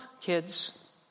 kids